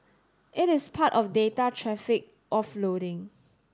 it is part of data traffic offloading